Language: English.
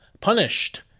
punished